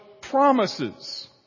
promises